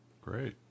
Great